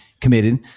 committed